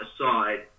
aside